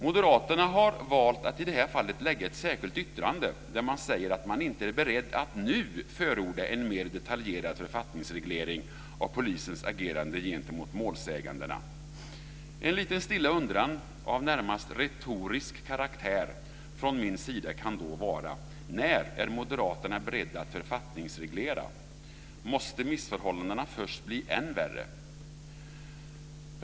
Moderaterna har i det här fallet valt att lägga fram ett särskilt yttrande där man säger att man inte är beredd att nu förorda en mer detaljerad författningsreglering av polisens agerande gentemot målsägandena. En liten stilla undran av närmast retorisk karaktär från min sida kan då vara: När är moderaterna beredda att författningsreglera? Måste missförhållandena först bli än värre?